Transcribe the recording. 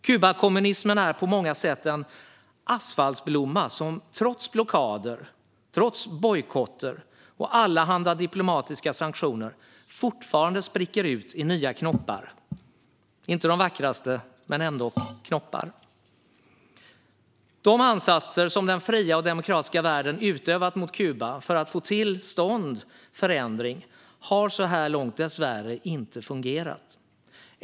Kubakommunismen är på många sätt en asfaltblomma som trots blockader, bojkotter och allehanda diplomatiska sanktioner fortfarande spricker ut i nya knoppar, inte de vackraste men ändå knoppar. De ansatser som den fria och demokratiska världen utövat mot Kuba för att få till stånd förändring har så här långt dessvärre inte fungerat.